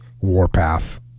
Warpath